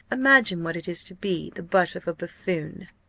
imagine what it is to be the butt of a buffoon!